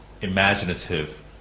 imaginative